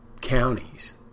counties